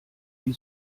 die